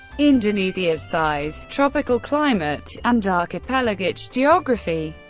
indonesia's size, tropical climate, and archipelagic geography,